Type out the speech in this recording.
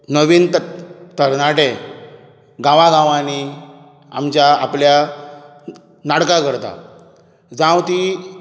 नवीन तरणाटे गांवांगावांनी आमच्या आपल्या नाटकां करता जावं तीं